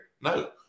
No